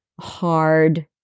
hard